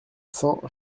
cents